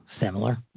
Similar